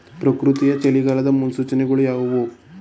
ಪ್ರಕೃತಿಯ ಚಳಿಗಾಲದ ಮುನ್ಸೂಚನೆಗಳು ಯಾವುವು?